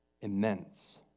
immense